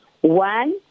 One